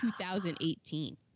2018